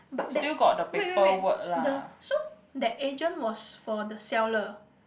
but that wait wait wait the so that agent was for the seller